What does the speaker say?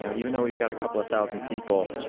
so even though we've got a couple of thousand people,